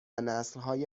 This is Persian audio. نسلهای